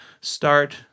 start